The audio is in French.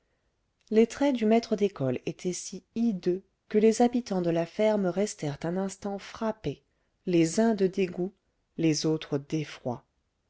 les traits du maître d'école étaient si hideux que les habitants de la ferme restèrent un instant frappés les uns de dégoût les autres